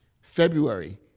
February